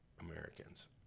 Americans